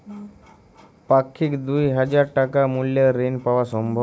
পাক্ষিক দুই হাজার টাকা মূল্যের ঋণ পাওয়া সম্ভব?